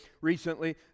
recently